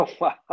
wow